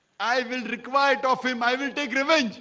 i will requite off him. i will take revenge